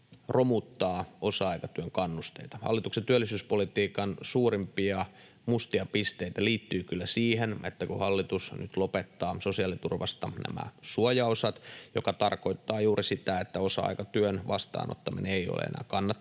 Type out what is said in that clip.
romuttaa osa-aikatyön kannusteita. Yksi hallituksen työllisyyspolitiikan suurimmista mustista pisteistä liittyy kyllä siihen, että hallitus nyt lopettaa sosiaaliturvasta nämä suojaosat, mikä tarkoittaa juuri sitä, että osa-aikatyön vastaanottaminen ei ole enää kannattavaa,